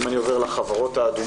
אם אני עובר לחברות האדומות,